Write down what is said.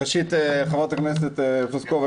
ח"כ פלוסקוב,